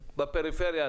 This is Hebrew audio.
בפריפריה,